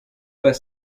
pas